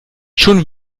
schon